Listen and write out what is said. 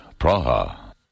Praha